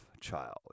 child